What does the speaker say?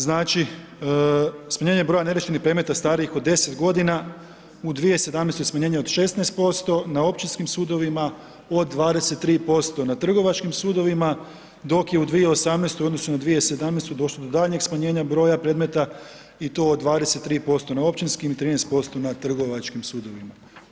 Znači, smanjenje broja neriješenih predmeta, starijih od 10 g. u 2007. smanjenje od 16% na općinskim sudovima od 23% na trgovačkim sudovima, dok je u 2018. u odnosu na 2017. došlo do daljnjeg smanjenja broja predmeta i to od 23%, na općinskim i 13% na trgovačkim sudovima.